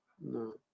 No